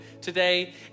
today